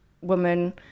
woman